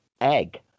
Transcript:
egg